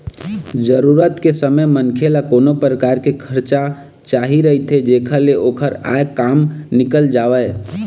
जरूरत के समे मनखे ल कोनो परकार के करजा चाही रहिथे जेखर ले ओखर आय काम निकल जावय